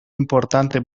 importante